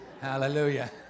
hallelujah